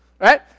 right